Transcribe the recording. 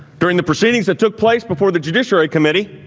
during the proceedings that took place before the judiciary committee,